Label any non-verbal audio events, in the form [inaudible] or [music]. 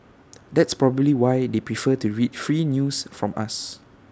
[noise] that's probably why they prefer to read free news from us